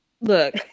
Look